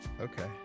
Okay